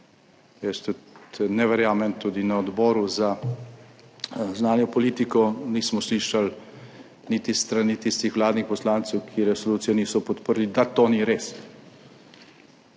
Jaz ne verjamem, tudi na Odboru za zunanjo politiko nismo slišali niti s strani tistih vladnih poslancev, ki resolucije niso podprli, da to ni res.